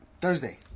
Thursday